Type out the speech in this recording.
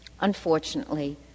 Unfortunately